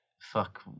Fuck